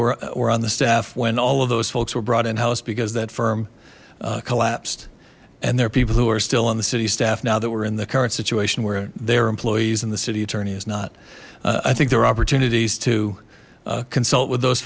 people were on the staff when all of those folks were brought in house because that firm collapsed and there are people who are still on the city staff now that we're in the current situation where their employees and the city attorney is not i think there are opportunities to consult with those